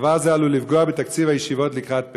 דבר זה עלול לפגוע בתקציב הישיבות לקראת פסח.